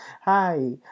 hi